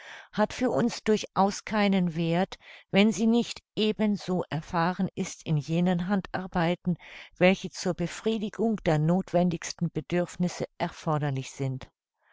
hat für uns durchaus keinen werth wenn sie nicht eben so erfahren ist in jenen handarbeiten welche zur befriedigung der nothwendigsten bedürfnisse erforderlich sind